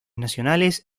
nacionales